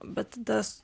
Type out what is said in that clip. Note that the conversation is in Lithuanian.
bet tas